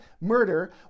murder